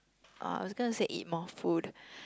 oh I was gonna say eat more food